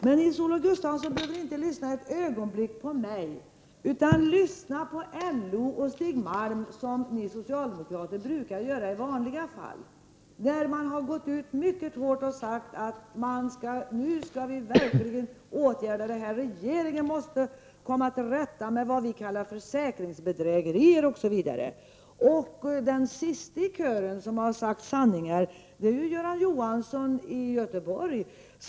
Men Nils-Olof Gustafsson behöver inte lyssna ett enda ögonblick på mig, utan han kan ” lyssna till LO och Stig Malm, som ni socialdemokrater brukar göra i vanliga fall. Från LO har man gått ut mycket hårt och uttalat att man verkligen skall åtgärda detta och att regeringen måste komma till rätta med det som man kallar för försäkringsbedrägerier osv. Den i kören som senast har sagt sanningar är Göran Johansson i Göteborg.